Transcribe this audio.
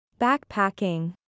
Backpacking